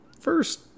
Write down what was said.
First